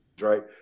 right